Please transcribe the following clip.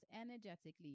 energetically